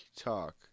talk